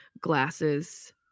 glasses